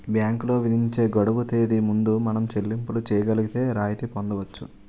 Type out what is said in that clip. బ్యాంకులు విధించే గడువు తేదీ ముందు మనం చెల్లింపులు చేయగలిగితే రాయితీ పొందవచ్చు